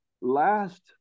last